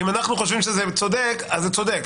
אם אנחנו חושבים שזה צודק, אז זה צודק.